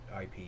IP